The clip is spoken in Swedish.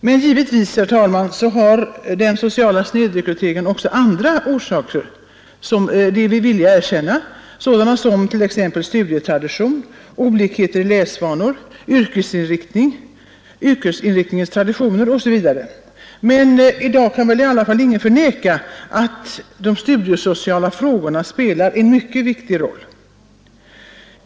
Men givetvis har den sociala snedrekryteringen också andra orsaker, det är vi villiga att erkänna, såsom studietradition, olikheter i läsvanor, yrkesinriktningstradition osv. Men i dag kan väl ingen förneka att de studiesociala frågorna spelar en mycket viktig roll.